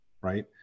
right